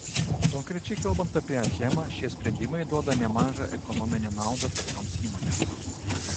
konkrečiai kalbant apie achemą šie sprendimai duoda nemažą ekonominę naudą tokioms įmonėms